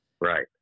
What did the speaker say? right